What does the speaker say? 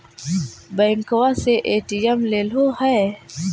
बैंकवा से ए.टी.एम लेलहो है?